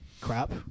crap